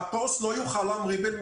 מטוס לא יוכל להמריא.